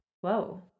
whoa